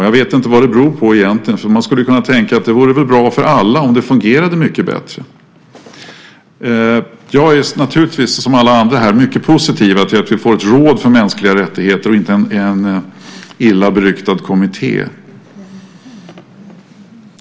Jag vet inte vad det beror på egentligen, för man skulle kunna tänka att det väl vore bra för alla om det fungerade mycket bättre. Jag är naturligtvis, som alla andra här, mycket positiv till att vi får ett råd för mänskliga rättigheter och inte en illa beryktad kommitté.